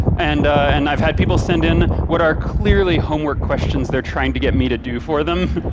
and and i've had people send in what are clearly homework questions they're trying to get me to do for them.